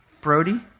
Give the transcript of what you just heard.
Brody